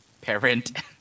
Parent